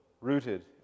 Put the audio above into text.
rooted